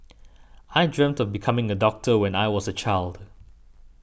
I dreamt of becoming a doctor when I was a child